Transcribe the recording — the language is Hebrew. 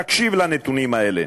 תקשיב לנתונים האלה,